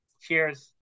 cheers